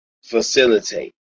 facilitate